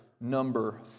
number